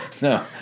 No